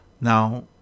Now